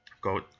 Go